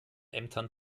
ämtern